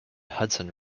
hudson